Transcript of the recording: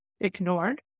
ignored